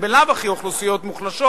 הן בלאו הכי אוכלוסיות מוחלשות,